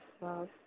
love